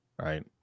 right